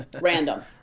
random